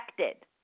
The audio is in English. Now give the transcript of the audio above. affected